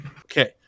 Okay